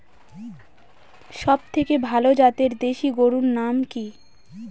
সবথেকে ভালো জাতের দেশি গরুর নাম কি?